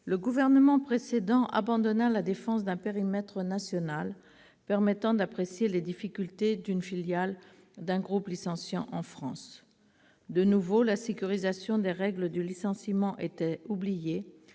de longues discussions, la défense d'un périmètre national permettant d'apprécier les difficultés d'une filiale d'un groupe licenciant en France. De nouveau, la sécurisation des règles du licenciement était oubliée,